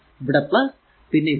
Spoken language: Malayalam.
ഇവിടെ പിന്നെ ഇവിടെ